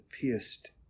pierced